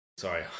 sorry